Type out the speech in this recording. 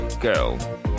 Girl